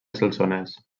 solsonès